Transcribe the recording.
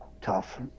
tough